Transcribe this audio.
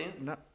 No